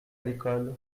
l’école